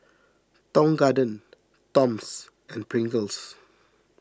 Tong Garden Toms and Pringles